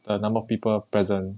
the number of people present